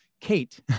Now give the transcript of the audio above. Kate